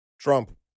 Trump